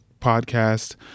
podcast